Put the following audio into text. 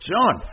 John